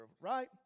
right